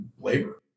labor